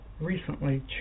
recently